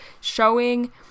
showing